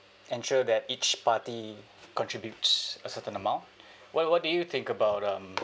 ensure that each party contributes a certain amount what what do you think about um